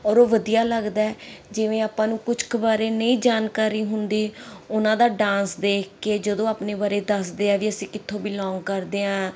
ਔਰ ਉਹ ਵਧੀਆ ਲੱਗਦਾ ਜਿਵੇਂ ਆਪਾਂ ਨੂੰ ਕੁਝ ਕੁ ਬਾਰੇ ਨਹੀਂ ਜਾਣਕਾਰੀ ਹੁੰਦੀ ਉਹਨਾਂ ਦਾ ਡਾਂਸ ਦੇਖ ਕੇ ਜਦੋਂ ਆਪਣੇ ਬਾਰੇ ਦੱਸਦੇ ਆ ਵੀ ਅਸੀਂ ਕਿੱਥੋਂ ਬਿਲੋਂਗ ਕਰਦੇ ਹਾਂ